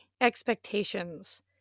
expectations